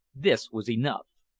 this was enough.